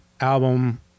album